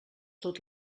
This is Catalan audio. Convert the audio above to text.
tot